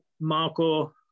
Marco